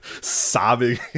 sobbing